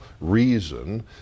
reason